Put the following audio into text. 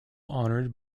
honored